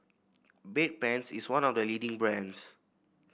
Bedpans is one of the leading brands